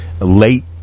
late